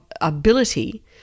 ability